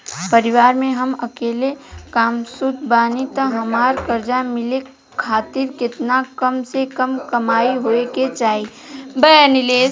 परिवार में हम अकेले कमासुत बानी त हमरा कर्जा मिले खातिर केतना कम से कम कमाई होए के चाही?